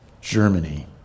Germany